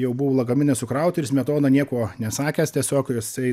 jau buvo lagaminai sukrauti ir smetona nieko nesakęs tiesiog jisai